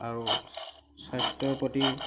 আৰু স্বাস্থ্যৰ প্ৰতি